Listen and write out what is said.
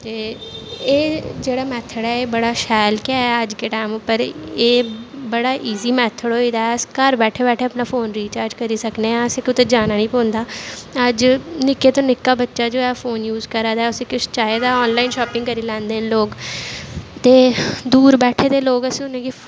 ते एह् जेह्ड़ा मैथड ऐ एह् बड़ा शैल गै ऐ अज्ज दे टैम उप्पर एह् बड़ा ईजी मैथड होई गेदा ऐ अस घर बैठे बैठे अपना फोन रिचार्ज करी सकदे आं असें कुतै जाना निं पौंदा अज्ज निक्के चो निक्का बच्चा जो ऐ फोन यूज करा दा ऐ उसी किशा चाहिदा ऐ आनलाइन शापिंग करी लैंदे न लोग ते दूर बैठे दे लोग अस उ'नेंगी